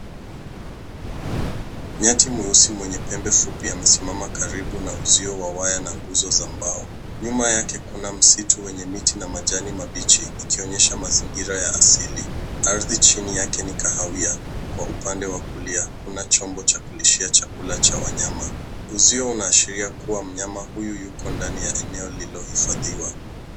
Nyati mweusi mwenye pembe fupi amesimama karibu na uzio wa waya na nguzo za mbao. Nyuma yake kuna msitu wenye miti na majani mabichi ikionyesha mazingira ya asili. Ardhi chini yake ni kahawia kwa upande wa kulia kuna chombo cha kulishia chakula cha wanyama. Uzio unaashiria kuwa mnyama huyu yuko ndani ya eneo lililohifadhiwa.